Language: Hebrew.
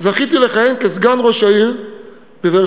זכיתי לכהן כסגן ראש העיר בבאר-שבע